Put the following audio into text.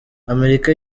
amerika